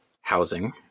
housing